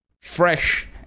Fresh